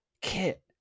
Kit